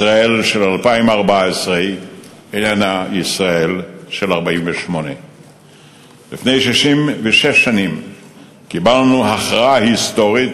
ישראל של 2014 איננה ישראל של 1948. לפני 66 שנים קיבלנו הכרעה היסטורית,